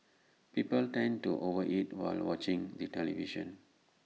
people tend to over eat while watching the television